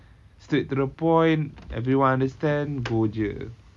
straight to the point everyone understand go jer